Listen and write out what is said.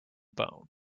bone